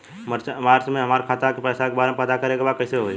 मार्च में हमरा खाता के पैसा के बारे में पता करे के बा कइसे होई?